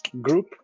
group